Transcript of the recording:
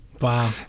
Wow